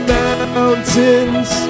mountains